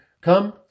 Come